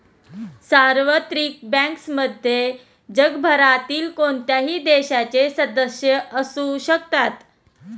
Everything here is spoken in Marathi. सार्वत्रिक बँक्समध्ये जगभरातील कोणत्याही देशाचे सदस्य असू शकतात